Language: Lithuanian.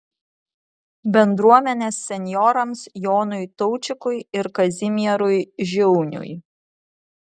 bendruomenės senjorams jonui taučikui ir kazimierui žiauniui